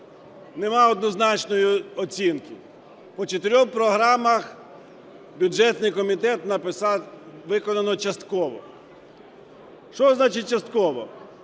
немає однозначної оцінки. По чотирьох програмах бюджетний комітет написав: "виконано частково". Що значить частково?